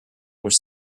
were